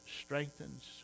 strengthens